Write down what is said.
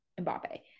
Mbappe